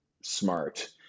smart